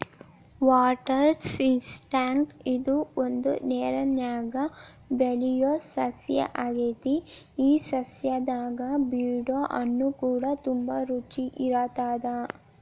water chestnut ಇದು ಒಂದು ನೇರನ್ಯಾಗ ಬೆಳಿಯೊ ಸಸ್ಯ ಆಗೆತಿ ಈ ಸಸ್ಯದಾಗ ಬಿಡೊ ಹಣ್ಣುಕೂಡ ತುಂಬಾ ರುಚಿ ಇರತ್ತದ